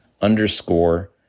underscore